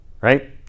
right